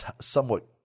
somewhat